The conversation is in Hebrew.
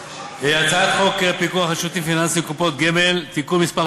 הצעת חוק הפיקוח על שירותים פיננסיים (קופות גמל) (תיקון מס'